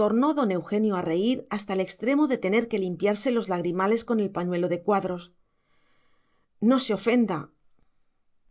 tornó don eugenio a reír hasta el extremo de tener que limpiarse los lagrimales con el pañuelo de cuadros no se ofenda